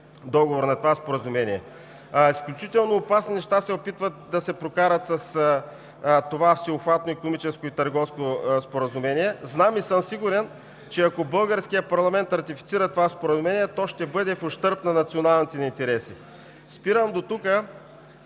договор, на това споразумение. Изключително опасни неща се опитват да се прокарат с това Всеобхватно икономическо и търговско споразумение. Знам и съм сигурен, че ако българският парламент ратифицира това споразумение, то ще бъде в ущърб на националните ни интереси. Спирам дотук